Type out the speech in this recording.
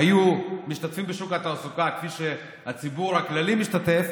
היו משתתפים בשוק התעסוקה כפי שהציבור הכללי משתתף,